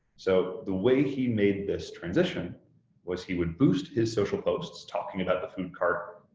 so the way he made this transition was he would boost his social posts talking about the food cart,